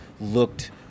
looked